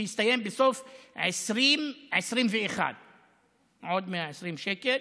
שיסתיים בסוף 2021. עוד 120 מיליון שקל,